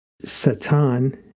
Satan